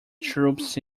troops